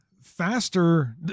faster